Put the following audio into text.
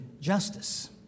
justice